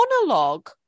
monologue